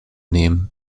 nehmen